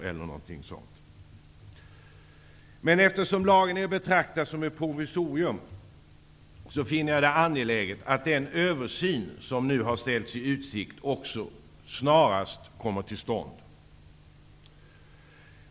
Eftersom lagen är att betrakta som ett provisorium finner jag det angeläget att den översyn som nu har ställts i utsikt också snarast kommer till stånd.